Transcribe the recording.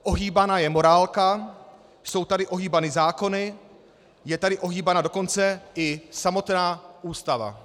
Ohýbána je morálka, jsou tady ohýbány zákony, je tady ohýbána dokonce i samotná Ústava.